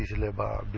eleven